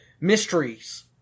mysteries